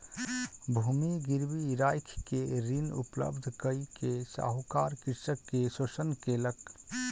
भूमि गिरवी राइख के ऋण उपलब्ध कय के साहूकार कृषक के शोषण केलक